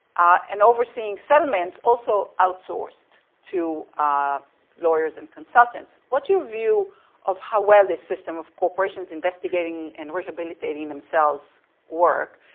and overseeing settlements also outsourced to lawyers and consultants. what's your view of how well the system of corporations investigating and rehabilitating themselves work?